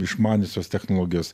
išmaniosios technologijos